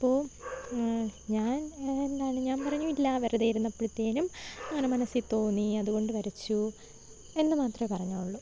അപ്പോൾ ഞാന് എന്താണ് ഞാന് പറഞ്ഞു ഇല്ല വെറുതെ ഇരുന്നപ്പോഴത്തേനും അങ്ങനെ മനസ്സിൽത്തോന്നി അതു കൊണ്ട് വരച്ചു എന്നു മാത്രമേ പറഞ്ഞുള്ളു